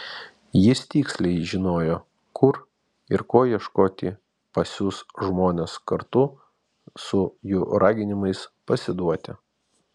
jis tiksliai žinojo kur ir ko ieškoti pasiųs žmones kartu su jų raginimais pasiduoti